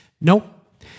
Nope